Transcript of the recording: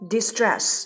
Distress